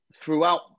throughout